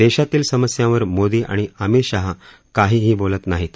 देशातील समस्यांवर मोदी आणि अमित शहा काहीही बोलत नाहीत